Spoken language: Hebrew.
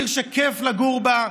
עיר שכיף לגור בה,